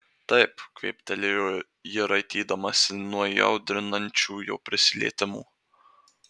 taip kvėptelėjo ji raitydamasi nuo įaudrinančių jo prisilietimų